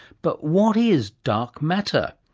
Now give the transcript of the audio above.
but what is dark matter?